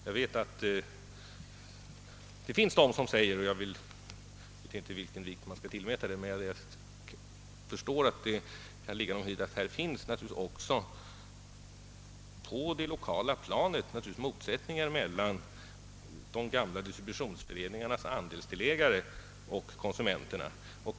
Jag vet att det finns fler som säger — jag vet inte vilken vikt man skall tillmäta det, men jag förstår att det kan ligga någonting i det — att det naturligtvis också på det lokala planet finns motsättningar mellan de gamla distributionsföreningarnas andelsägare och konsumenterna.